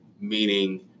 meaning